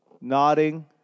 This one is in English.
nodding